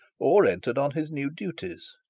or entered on his new duties.